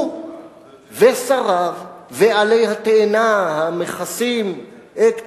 הוא ושריו, ועלי התאנה המכסים את קלונו,